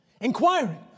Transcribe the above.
Inquiring